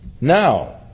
Now